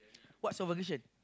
what's your position